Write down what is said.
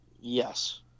Yes